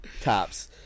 Tops